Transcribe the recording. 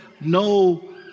no